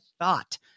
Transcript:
thought